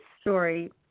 story